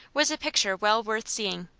was a picture well worth seeing.